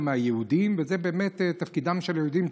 מהיהודים וזה באמת תפקידם של היהודים.